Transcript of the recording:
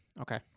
Okay